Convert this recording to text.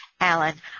Alan